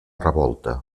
revolta